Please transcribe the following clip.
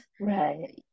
Right